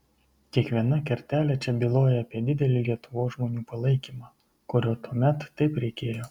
kiekviena kertelė čia byloja apie didelį lietuvos žmonių palaikymą kurio tuomet taip reikėjo